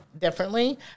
differently